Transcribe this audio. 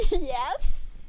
Yes